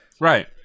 right